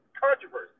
controversy